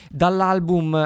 dall'album